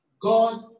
God